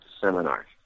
seminar